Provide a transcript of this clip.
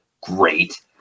Great